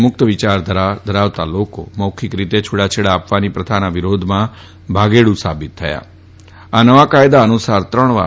મુક્ત વિયારધારા ધરાવતા લોકો મૌબિક રીતે છૂટાછેડા આપવાની પ્રથાના વિરોધમાં ભાગેડ્ર સાબિત થયાઆ નવા કાયદા અનુસાર ત્રણવાર